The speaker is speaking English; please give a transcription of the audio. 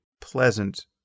pleasant